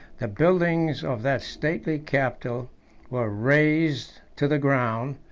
the buildings of that stately capital were razed to the ground,